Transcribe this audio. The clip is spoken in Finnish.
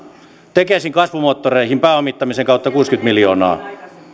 tekesin kasvumoottoreihin pääomittamisen kautta kuusikymmentä miljoonaa